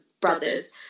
brothers